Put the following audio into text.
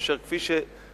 אשר כפי שפירטתי,